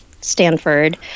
Stanford